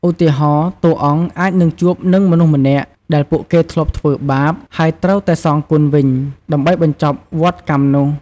ឧទាហរណ៍ តួអង្គអាចនឹងជួបនឹងមនុស្សម្នាក់ដែលពួកគេធ្លាប់ធ្វើបាប ហើយត្រូវតែសងគុណវិញ ដើម្បីបញ្ចប់វដ្តកម្មនោះ។